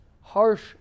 harsh